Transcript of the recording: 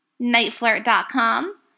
nightflirt.com